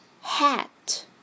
hat